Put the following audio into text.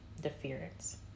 deference